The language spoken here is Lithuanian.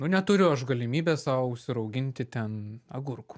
nu neturiu aš galimybės sau užsirauginti ten agurkų